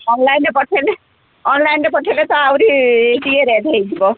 ଅନଲାଇନ୍ରେ ପଠେଇଲେ ଅନଲାଇନ୍ରେ ପଠେଇଲେ ତ ଆହୁରି ଟିକେ ରେଟ୍ ହୋଇଯିବ